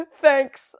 Thanks